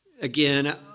Again